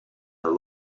are